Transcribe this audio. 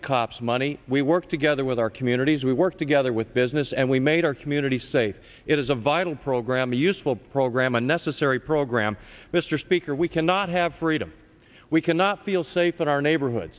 the cops money we work together with our communities we work together with business and we made our community safe it is a vital program a useful program a necessary program mr speaker we cannot have freedom we cannot feel safe in our neighborhood